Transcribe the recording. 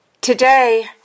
Today